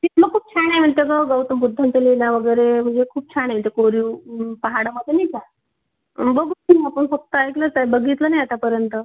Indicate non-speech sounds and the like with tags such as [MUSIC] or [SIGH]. तिथलं खूप छान आहे म्हणते गं गौतम बुद्धांच्या लेण्या वगैरे म्हणजे खूप छान आहे इथे कोरीव पाहणं होते नाही का बघू [UNINTELLIGIBLE] आपण फक्त ऐकलंच आहे बघितलं नाही आतापर्यंत